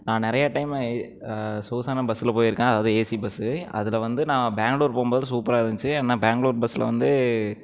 நான் நிறைய டைம் சொகுசான பஸ்ஸில் போயிருக்கேன் அதாவது ஏசி பஸ் அதில் வந்து நான் பேங்களூர் போகும்போது சூப்பராக இருந்துச்சு ஏன்னா பேங்களூர் பஸ்ஸில் வந்து